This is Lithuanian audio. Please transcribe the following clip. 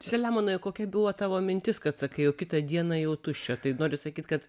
saliamonai o kokia buvo tavo mintis kad sakai jog kitą dieną jau tuščia tai nori sakyt kad